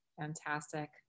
Fantastic